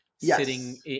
sitting